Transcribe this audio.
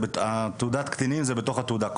תעודת קטינים זה בתוך התעודה.